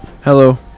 Hello